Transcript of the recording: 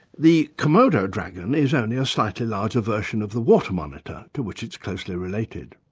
the komodo dragon is only a slightly larger version of the water monitor, to which it's closely related.